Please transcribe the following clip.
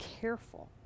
careful